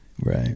right